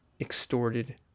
extorted